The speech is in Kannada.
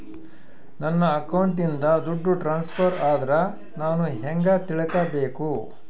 ನನ್ನ ಅಕೌಂಟಿಂದ ದುಡ್ಡು ಟ್ರಾನ್ಸ್ಫರ್ ಆದ್ರ ನಾನು ಹೆಂಗ ತಿಳಕಬೇಕು?